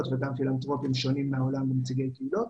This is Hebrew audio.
וגם פילנתרופים שונים מהעולם ונציגי קהילות.